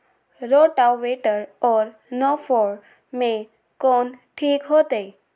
Rotavator और नौ फ़ार में कौन ठीक होतै?